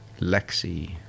Lexi